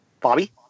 bobby